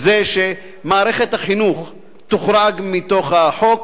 שמערכת החינוך תוחרג מהחוק.